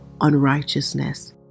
unrighteousness